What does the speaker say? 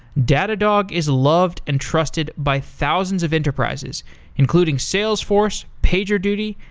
datadog is loved and trusted by thousands of enterprises including salesforce, pagerduty,